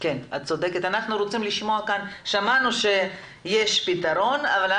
אני בטוחה שהוא יידע לשים את תשומת ליבו לנושא הזה ואולי